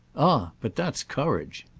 ah but that's courage.